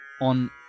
on